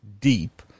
deep